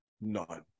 none